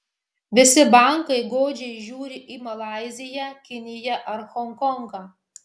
visi bankai godžiai žiūri į malaiziją kiniją ar honkongą